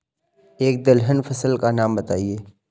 एक दलहन फसल का नाम बताइये